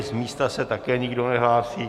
Z místa se také nikdo nehlásí.